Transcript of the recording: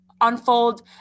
unfold